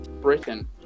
Britain